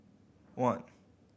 one